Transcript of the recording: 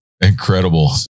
Incredible